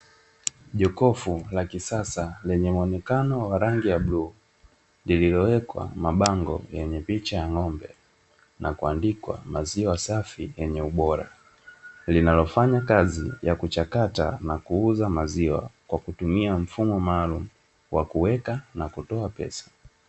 Jokofu la kisasa lenye muonekano wa rangi ya bluu, lililowekwa mabango la picha ya ng'ombe na kuandikwa maziwa safi na yenye ubora linalofanya kazi ya kuchakata na kuuza maziwa kwa kutumia mfumo maalum wa kuweka na kutoa pesa.